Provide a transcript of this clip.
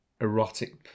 erotic